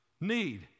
need